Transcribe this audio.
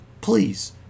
Please